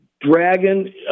dragon